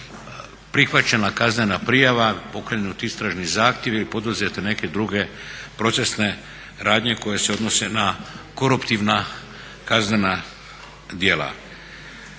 prihvaćena kaznena prijava, pokrenut istražni zahtjev ili poduzete neke druge procesne radnje koje se odnose na koruptivna kaznena djela.